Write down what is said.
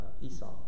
Esau